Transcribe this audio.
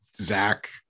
Zach